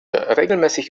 regelmäßig